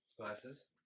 glasses